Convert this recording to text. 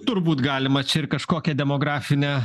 turbūt galima čia ir kažkokią demografinę